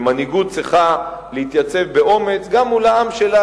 ומנהיגות צריכה להתייצב באומץ גם מול העם שלה.